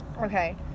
Okay